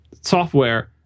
software